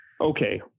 okay